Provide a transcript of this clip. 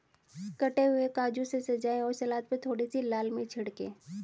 कटे हुए काजू से सजाएं और सलाद पर थोड़ी सी लाल मिर्च छिड़कें